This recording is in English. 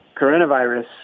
coronavirus